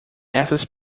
essas